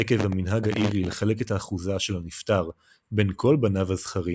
עקב המנהג האירי לחלק את האחוזה של הנפטר בין כל בניו הזכרים,